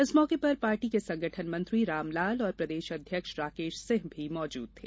इस मौके पर पार्टी के संगठन मंत्री रामलाल और प्रदेश अध्यक्ष राकेश सिंह भी मौजूद थे